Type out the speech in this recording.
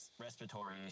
respiratory